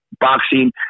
boxing